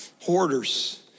hoarders